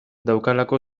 daukalako